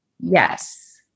Yes